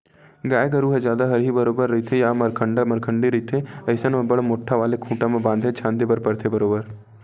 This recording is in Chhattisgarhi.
गाय गरु ह जादा हरही बरोबर रहिथे या मरखंडा मरखंडी रहिथे अइसन म बड़ मोट्ठा वाले खूटा म बांधे झांदे बर परथे बरोबर